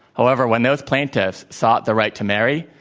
however, when those plaintiffs sought the right to marry,